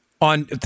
on